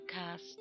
podcast